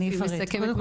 תיכף מריה מסכמת.